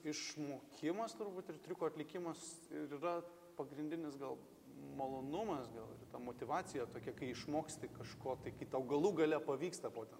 išmokimas turbūt ir triukų atlikimas ir yra pagrindinis gal malonumas gal ta motyvacija tokia kai išmoksti kažko tai kai tau galų gale pavyksta po ten